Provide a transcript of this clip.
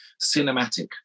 cinematic